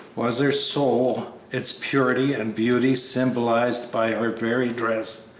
was her soul, its purity and beauty symbolized by her very dress,